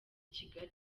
kigali